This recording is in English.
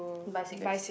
buy cigarettes